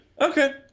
Okay